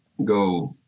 go